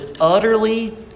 utterly